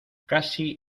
casi